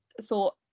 thought